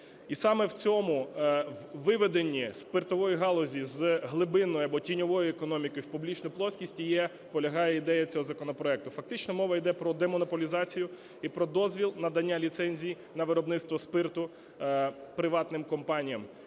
І саме в цьому, в виведенні спиртової галузі з глибин, або тіньової економіки, в публічну плоскість і полягає ідея цього законопроекту. Фактично мова йде про демонополізацію і про дозвіл надання ліцензій на виробництво спирту приватним компаніям